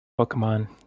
Pokemon